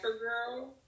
girl